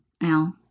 now